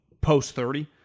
post-30